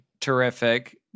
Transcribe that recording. terrific